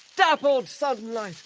dappled sunlight.